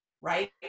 right